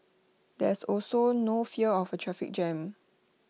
there's also no fear of A traffic jam